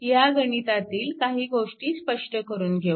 ह्या गणितातील काही गोष्टी स्पष्ट करून घेऊ